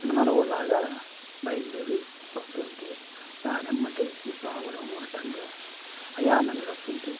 మానవుడిలాగా బయలుదేరి వస్తుంటే దానెంబడి ఈ పావురం అడ్డంగా అయ్యా నన్ను రక్షించు